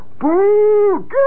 boo